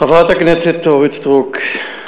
חברת הכנסת אורית סטרוק,